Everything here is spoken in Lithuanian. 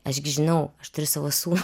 aš gi žinau aš turiu savo sūnų